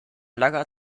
langer